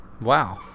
Wow